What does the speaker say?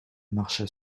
marcha